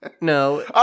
No